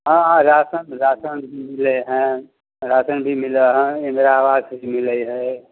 हँ आ ration ration मिललै हँ राशन भी मिलल हँ ईन्द्रा आवास भी मिलैत है